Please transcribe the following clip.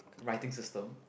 writing system